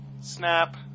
Snap